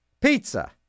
Pizza